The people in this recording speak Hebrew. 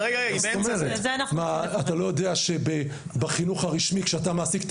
אתה לא יודע שבחינוך הרשמי כשאתה מעסיק את